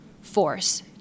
force